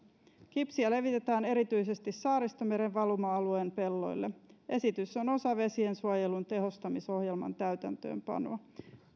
kipsiä levitetään erityisesti saaristomeren valuma alueen pelloille esitys on osa vesiensuojelun tehostamisohjelman täytäntöönpanoa